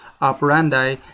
operandi